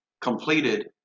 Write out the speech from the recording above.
completed